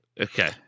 Okay